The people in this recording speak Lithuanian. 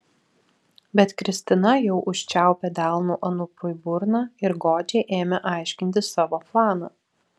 bet kristina jau užčiaupė delnu anuprui burną ir godžiai ėmė aiškinti savo planą